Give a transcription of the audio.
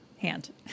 Hand